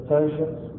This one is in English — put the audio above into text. Persians